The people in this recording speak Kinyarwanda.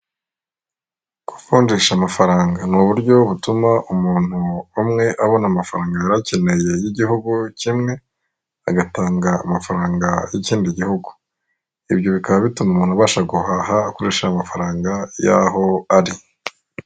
Kuvunjisha amafaranga ni uburyo butuma umuntu umwe abona amafaranga yari akeneye y'igihugu kimwe, agatanga amafaranga y'ikindi gihugu, ibyo bikaba bituma umuntu abasha guhaha akoreshaje amafaranga y'aho ari.